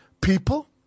people